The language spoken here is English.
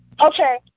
Okay